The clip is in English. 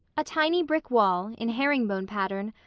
a tiny brick wall, in herring-bone pattern,